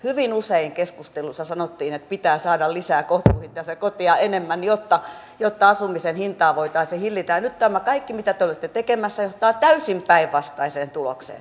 hyvin usein keskusteluissa sanottiin että pitää saada lisää kohtuuhintaisia koteja jotta asumisen hintaa voitaisiin hillitä ja nyt tämä kaikki mitä te olette tekemässä johtaa täysin päinvastaiseen tulokseen